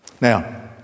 Now